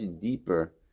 deeper